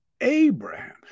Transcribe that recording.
Abraham